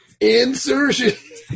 Insertion